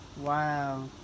Wow